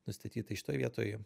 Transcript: nustatyt tai šitoj vietoj